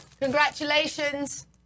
congratulations